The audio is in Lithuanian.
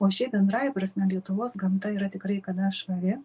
o šiaip bendrąja prasme lietuvos gamta yra tikrai gana švari